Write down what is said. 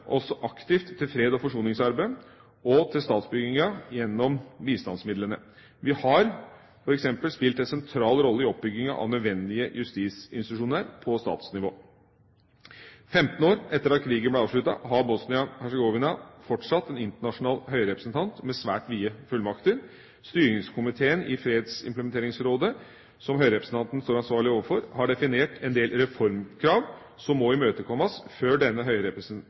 også aktivt til freds- og forsoningsarbeidet og til statsbyggingen gjennom bistandsmidlene. Vi har f.eks. spilt en sentral rolle i oppbyggingen av nødvendige justisinstitusjoner på statsnivå. 15 år etter at krigen ble avsluttet, har Bosnia-Hercegovina fortsatt en internasjonal høyrepresentant med svært vide fullmakter. Styringskomiteen i fredsimplementeringsrådet, som høyrepresentanten står ansvarlig overfor, har definert en del reformkrav som må imøtekommes før denne